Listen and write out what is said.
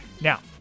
Now